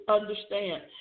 understand